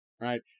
right